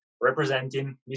representing